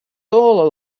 doğal